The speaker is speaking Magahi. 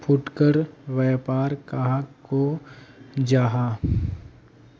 फुटकर व्यापार कहाक को जाहा?